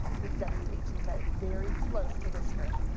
with w h in it that is very close to whisker.